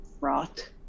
rot